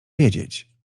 wiedzieć